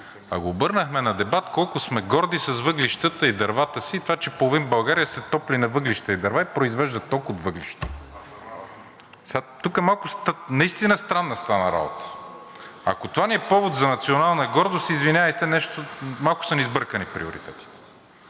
го обърнахме на дебат колко сме горди с въглищата и дървата си и това, че половин България се топли на въглища и дърва и произвежда ток от въглища. Тук наистина странна стана работата. Ако това ни е повод за национална гордост, извинявайте, нещо малко са ни сбъркани приоритетите.